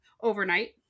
overnight